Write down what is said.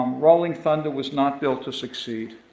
um rolling thunder was not built to succeed,